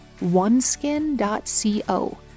oneskin.co